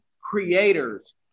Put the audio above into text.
creators